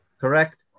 Correct